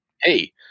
Hey